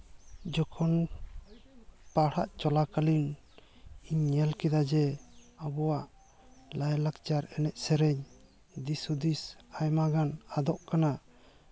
ᱡᱚᱠᱷᱚᱱ ᱯᱟᱲᱦᱟᱜ ᱪᱚᱞᱟᱠᱟᱞᱤᱱ ᱤᱧ ᱧᱮᱞ ᱠᱮᱫᱟ ᱡᱮ ᱟᱵᱚᱣᱟᱜ ᱞᱟᱭᱼᱞᱟᱠᱪᱟᱨ ᱮᱱᱮᱡᱼᱥᱮᱨᱮᱧ ᱫᱤᱥ ᱦᱩᱫᱤᱥ ᱟᱭᱢᱟᱜᱟᱱ ᱟᱫᱚᱜ ᱠᱟᱱᱟ